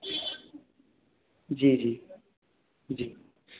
जी जी जी